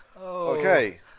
Okay